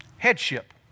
headship